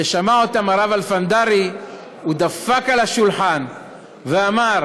כששמע אותם הרב אלפנדרי הוא דפק על השולחן ואמר: